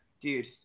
Dude